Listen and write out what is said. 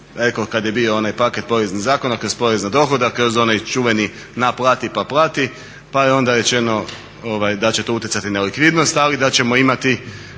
rekoh kad je bio onaj paket poreznih zakona kroz porez na dohodak, kroz onaj čuveni naplati pa plati. Pa je onda rečeno da će to utjecati na likvidnost ali da ćemo imati